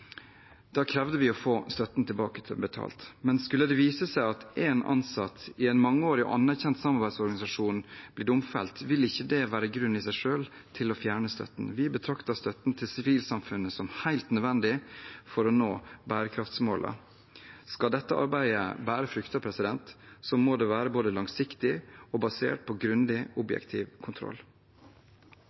krevde vi å få støtten tilbakebetalt. Men skulle det vise seg at en ansatt i en mangeårig og anerkjent samarbeidsorganisasjon blir domfelt, vil ikke det i seg selv være grunn til å fjerne støtten. Vi betrakter støtten til sivilsamfunnet som helt nødvendig for å nå bærekraftsmålene. Skal dette arbeidet bære frukter, må det være både langsiktig og basert på grundig, objektiv kontroll.